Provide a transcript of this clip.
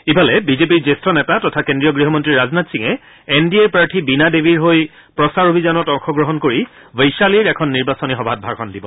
ইফালে বিজেপিৰ জ্যেষ্ঠ নেতা তথা কেন্দ্ৰীয় গৃহমন্ত্ৰী ৰাজনাথ সিঙে এন ডি এৰ প্ৰাৰ্থী বীণা দেৱীৰ হৈ প্ৰচাৰ অভিযানত অংশগ্ৰহণ কৰি বৈশালীৰ এখন নিৰ্বাচনী সভাত ভাষণ দিব